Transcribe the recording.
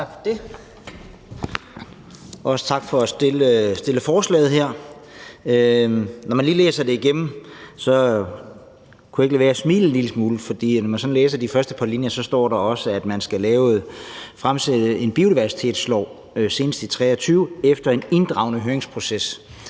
Tak for det, og også tak for forslaget her. Da jeg lige læste det igennem, kunne jeg ikke lade være med at smile en lille smule, for når man læser de første par linjer, står der også, at man skal fremsætte en biodiversitetslov senest i 2023 efter en inddragende høringsproces.